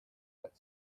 but